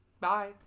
bye